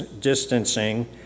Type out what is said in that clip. distancing